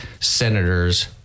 Senators